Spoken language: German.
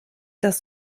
das